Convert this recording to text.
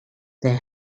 their